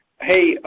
Hey